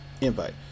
invite